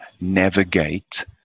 navigate